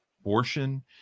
abortion